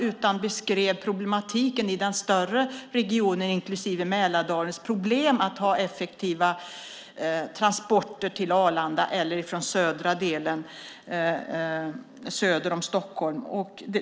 Man beskrev problemen i den större regionen, inklusive Mälardalen, när det gäller effektiva transporter till Arlanda från regionen söder om Stockholm.